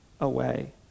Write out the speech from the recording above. away